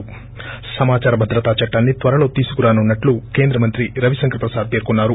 ి సమాచార భద్రత చట్టాన్సి త్వరలో తీసుకురానునట్లు కేంద్ర మంత్రి రవిశంకర్ ప్రసాద్ పేర్కొన్నారు